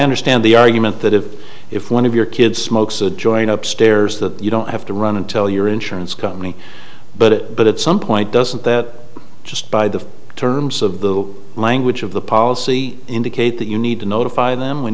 understand the argument that if if one of your kids smokes a joint up stairs that you don't have to run and tell your insurance company but it but at some point doesn't that just by the terms of the language of the policy indicate that you need to notify them when